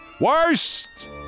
worst